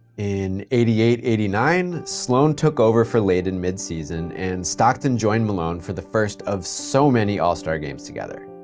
in eighty eight, eighty nine, sloan took over for layden mid season, and stockton joined malone for the first of so many all-star games together.